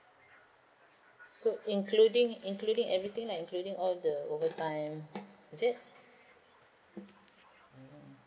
so including including everything lah including all the overtime